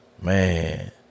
man